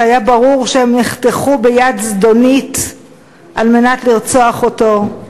שהיה ברור שהם נחתכו ביד זדונית על מנת לרצוח אותו.